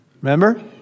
remember